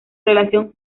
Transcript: relación